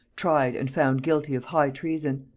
tried and found guilty of high treason.